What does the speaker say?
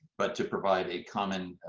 but to provide a common